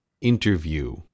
interview